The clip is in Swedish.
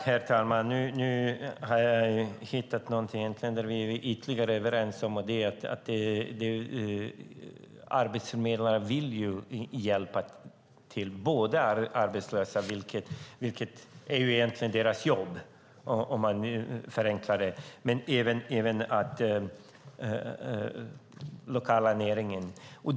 Herr talman! Nu har jag hittat något där vi är ytterligare överens, och det är att arbetsförmedlare vill hjälpa. De vill inte hjälpa bara arbetslösa, vilket egentligen är deras jobb om man förenklar det, utan även den lokala näringen.